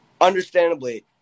Understandably